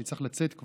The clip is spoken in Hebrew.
אני צריך לצאת,